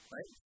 Right